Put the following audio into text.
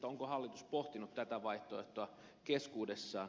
onko hallitus pohtinut tätä vaihtoehtoa keskuudessaan